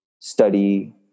study